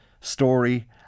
story